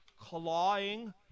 clawing